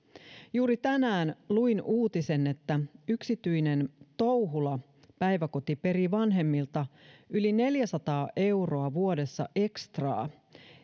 juuri tänään luin uutisen että yksityinen touhula päiväkoti perii vanhemmilta yli neljäsataa euroa vuodessa ekstraa